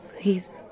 Please